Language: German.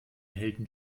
helden